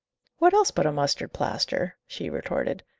what else but a mustard-plaster! she retorted.